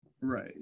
Right